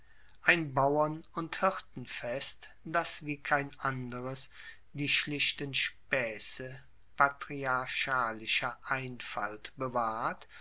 ein bauern und hirtenfest das wie kein anderes die schlichten spaesse patriarchalischer einfalt bewahrt